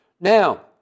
Now